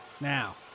Now